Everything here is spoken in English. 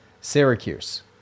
Syracuse